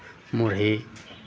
मुरही